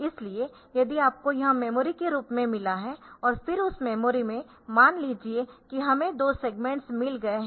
इसलिए यदि आपको यह मेमोरी के रूप में मिला है और फिर उस मेमोरी में मान लीजिए कि हमें दो सेग्मेंट्स मिल गए है